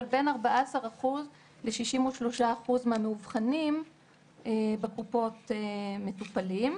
אבל בין 63-14 אחוז מהמאובחנים בקופות מטופלים.